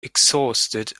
exhausted